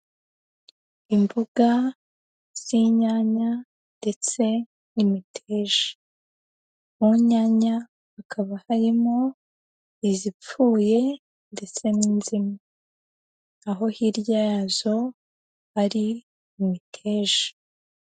Imboga z'inyanya ndetse n'imiteja, mu nyanya hakaba harimo, izipfuye ndetse n'nzima, aho hirya yazo hari imiteja.